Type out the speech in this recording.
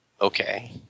Okay